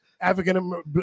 African